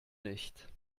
nicht